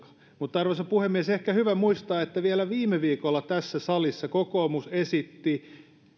mutta arvoisa puhemies ehkä on hyvä muistaa että vielä viime viikolla tässä salissa kokoomus esitti